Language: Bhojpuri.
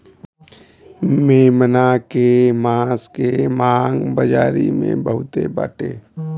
मेमना के मांस के मांग बाजारी में बहुते बाटे